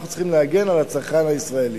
אנחנו צריכים להגן על הצרכן הישראלי.